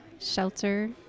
shelter